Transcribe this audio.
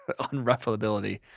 unruffability